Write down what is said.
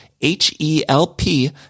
H-E-L-P